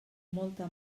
molta